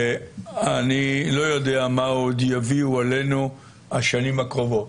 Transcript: אני לא יודע מה עוד יביאו עלינו השנים הקרובות.